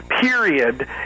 period